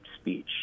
speech